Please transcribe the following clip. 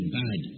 bad